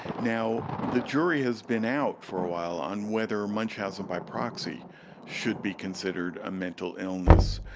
now, the jury has been out for a while on whether munchausen by proxy should be considered a mental illness.